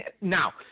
Now